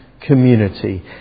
community